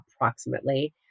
approximately